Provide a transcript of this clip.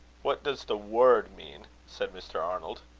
what does the word mean? said mr. arnold.